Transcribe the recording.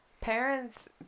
parents